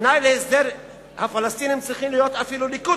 כתנאי להסדר הפלסטינים צריכים להיות אפילו ליכודניקים.